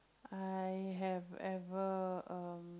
I have ever um